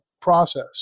process